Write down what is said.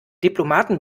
diplomaten